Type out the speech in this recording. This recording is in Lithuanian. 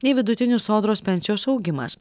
nei vidutinis sodros pensijos augimas